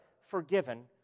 forgiven